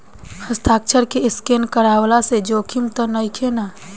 हस्ताक्षर के स्केन करवला से जोखिम त नइखे न?